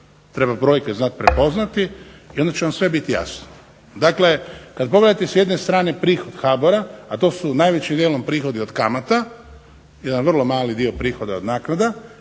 Treba brojke znati prepoznati i onda će vam sve biti jasno. Dakle, kad pogledate s jedne strane prihod HBOR-a, a to su najvećim dijelom prihodi od kamata, jedan vrlo mali dio prihoda je od naknada,